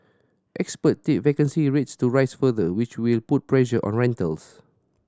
expert tipped vacancy rates to rise further which will put pressure on rentals